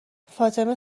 فاطمه